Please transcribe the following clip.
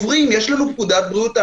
יש לנו פקודת בריאות העם,